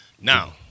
Now